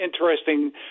interesting